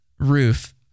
Roof